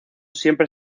siempre